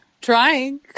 Trying